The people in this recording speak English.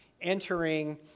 entering